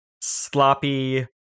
sloppy